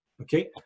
okay